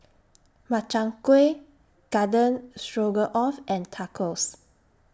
Makchang Gui Garden Stroganoff and Tacos